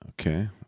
Okay